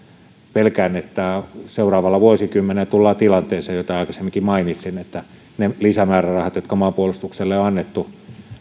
pelkään että seuraavalla vuosikymmenellä tullaan tilanteeseen josta aikaisemminkin mainitsin että ne lisämäärärahat jotka maanpuolustukselle on annettu